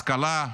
השכלה,